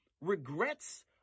regrets